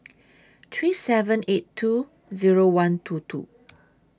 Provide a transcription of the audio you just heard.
three seven eight two Zero one two two